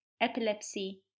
epilepsy